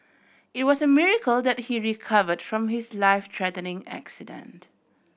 it was a miracle that he recovered from his life threatening accident